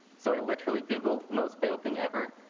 so i literally googled. most failed thing ever.